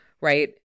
right